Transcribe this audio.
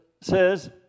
says